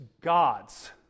gods